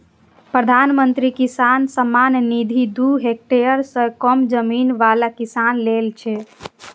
प्रधानमंत्री किसान सम्मान निधि दू हेक्टेयर सं कम जमीन बला किसान लेल छै